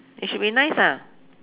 it should be nice ah